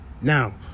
Now